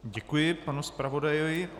Děkuji panu zpravodaji.